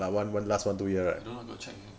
I don't know I got to check with him